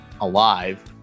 alive